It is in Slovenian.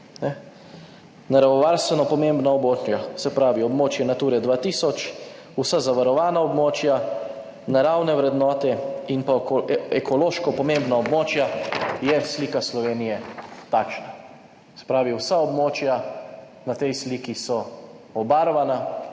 naravovarstveno pomembna območja, se pravi območje Nature 2000, vsa zavarovana območja, naravne vrednote in pa ekološko pomembna območja, je slika Slovenije takšna, se pravi, vsa območja na tej sliki so obarvana.